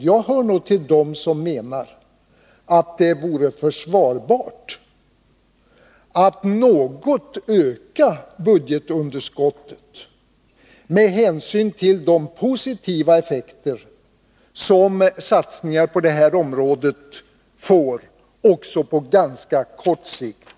Jag hör nog till dem som menar att det vore försvarbart att på grund av sådana satsningar något öka budgetunderskottet med hänsyn till de positiva effekter som satsningarna får också på ganska kort sikt.